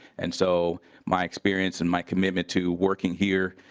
and so my experience and my commitment to working here